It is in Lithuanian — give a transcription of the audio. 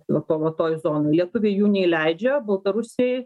va to va toj zonoj lietuviai jų neįleidžia baltarusiai